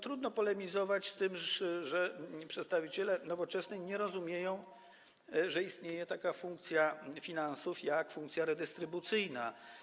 Trudno polemizować z tym, że przedstawiciele Nowoczesnej nie rozumieją, że istnieje taka funkcja finansów jak funkcja redystrybucyjna.